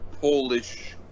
polish